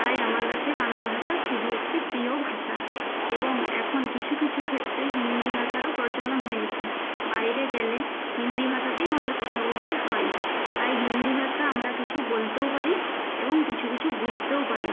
তাই আমার কাছে বাংলা ভাষা খুবই একটি প্রিয় ভাষা এবং এখন কিছু কিছু ক্ষেত্রে হিন্দি ভাষারও প্রচলন হয়েছে বাইরে গেলে হিন্দি ভাষাতেই আমাদের কথা বলতে হয় তাই হিন্দি ভাষা আমরা কিছু বলতেও পারি এবং কিছু কিছু বুঝতেও পারি